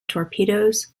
torpedoes